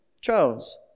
chose